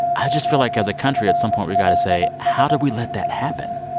i just feel like as a country at some point we've got to say, how did we let that happen?